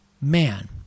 man